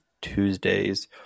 Tuesdays